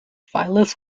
phyllis